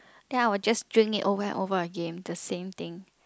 then I will just drink it over and over again the same thing